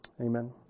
Amen